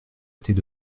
arrêter